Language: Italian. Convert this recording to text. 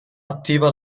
attiva